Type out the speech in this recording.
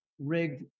rigged